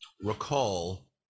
recall